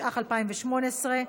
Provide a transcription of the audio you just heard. התשע"ח 2018,